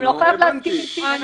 גם לא חייב להסכים איתי.